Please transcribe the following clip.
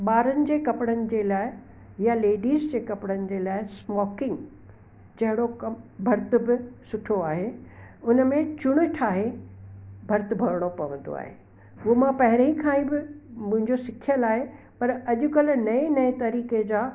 ॿारनि जे कपिड़नि जे लाइ या लेडीज़ जे कपिड़नि जे लाइ स्मॉकिंग जहिड़ो कम भर्त बि सुठो आहे उनमें चुण ठाहे भर्त भरिणो पवंदो आहे हू मां पहिरीं खां ई बि मुंहिंजो सिखियल आहे पर अॼु कल्ह नए नए तरीक़े जा